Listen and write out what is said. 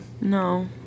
No